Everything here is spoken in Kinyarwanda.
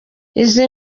izi